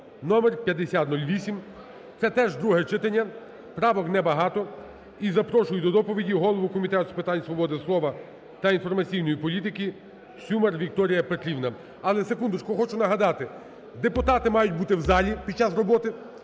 (№5008). Це теж друге читання, правок небагато. І запрошую до доповіді голову Комітету з питань свободи слова та інформаційної політики Сюмар Вікторію Петрівну. Але, секундочку, хочу нагадати, депутати мають бути в залі під час роботи.